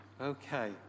okay